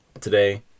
today